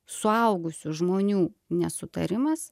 suaugusių žmonių nesutarimas